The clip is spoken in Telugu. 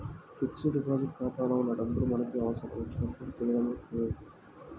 ఫిక్స్డ్ డిపాజిట్ ఖాతాలో ఉన్న డబ్బులు మనకి అవసరం వచ్చినప్పుడు తీయడం కుదరదు